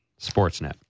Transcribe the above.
Sportsnet